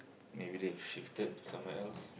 maybe they shifted to somewhere else